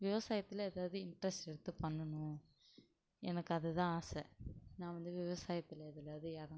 விவசாயத்தில் எதாவது இன்ட்ரஸ்ட் எடுத்து பண்ணணும் எனக்கு அதுதான் ஆசை நான் வந்து விவசாயத்தில் எதுலேயாவது இறங்கணும்